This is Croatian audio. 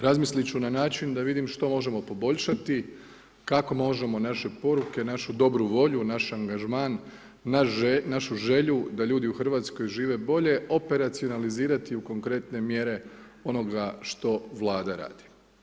Razmislit ću na način da vidim što možemo poboljšati, kako možemo naše poruke, našu dobru volju, naš angažman, našu želju da ljudi u Hrvatskoj žive bolje operacionalizirati u konkretne mjere onoga što vlada radi.